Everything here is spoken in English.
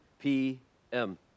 P-M